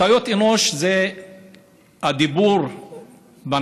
טעויות אנוש זה הדיבור בניידים,